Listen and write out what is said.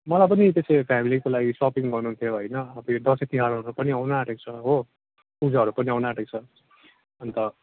मलाई पनि त्यसै फेमिलीको लागि सपिङ गर्नु थियो होइन अब यो दसैँ तिहारहरू पनि आउनु आँटेको छ हो पूजाहरू पनि आउनु आँटेको छ अन्त